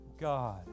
God